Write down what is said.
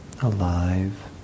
alive